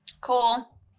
Cool